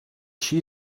she